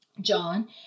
John